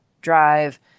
drive